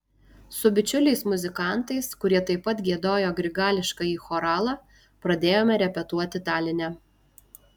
su bičiuliais muzikantais kurie taip pat giedojo grigališkąjį choralą pradėjome repetuoti taline